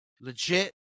legit